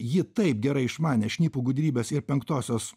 ji taip gerai išmanė šnipų gudrybes ir penktosios